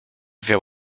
wiał